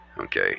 Okay